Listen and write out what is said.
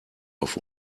auf